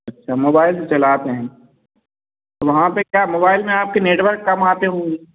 अच्छा मोबाइल से चलाते हैं वहाँ पर क्या मोबाइल में आपके नेटवर्क कम आते होंगे